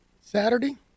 Saturday